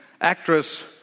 actress